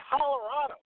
Colorado